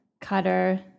Cutter